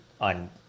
on